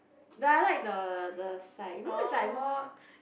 though I like the the side you know it's like